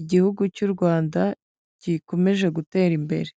igihugu cy'u rwanda gikomeje gutera imbere.